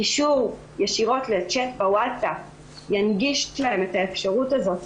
קישור ישירות לצ'ט בוואטסאפ ינגיש להם את האפשרות הזאת,